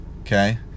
okay